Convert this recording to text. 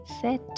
set